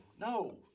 no